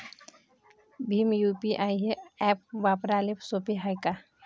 Bhim UPI हे app वापराले सोपे हाय का?